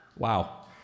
Wow